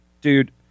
Dude